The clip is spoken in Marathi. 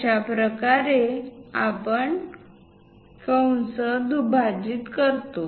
अशाप्रकारे आपण कंस दुभाजक बनवितो